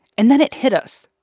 and then it hit us.